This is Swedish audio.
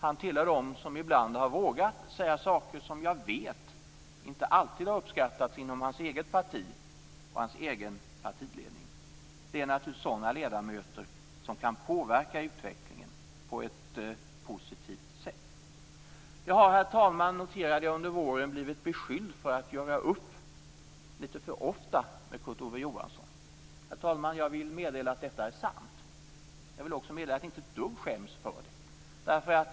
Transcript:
Han tillhör dem som ibland har vågat säga saker som jag vet inte alltid har uppskattas inom hans eget parti och av hans egen partiledning. Det är naturligtvis sådana ledamöter som kan påverka utvecklingen på ett positivt sätt. Herr talman! Jag noterar att jag under våren har blivit beskylld för att göra upp litet för ofta med Kurt Ove Johansson. Herr talman! Jag vill meddela att detta är sant. Jag vill också meddela att jag inte skäms ett dugg för det.